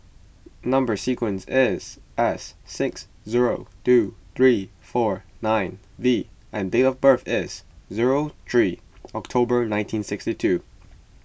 Number Sequence is S six zero two three four nine V and date of birth is zero three October nineteen sixty two